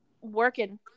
working